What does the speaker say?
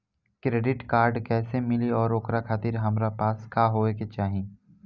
Credit card कैसे मिली और ओकरा खातिर हमरा पास का होए के चाहि?